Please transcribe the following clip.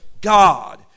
God